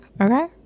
Okay